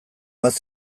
bat